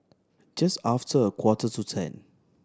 just after a quarter to ten